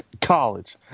College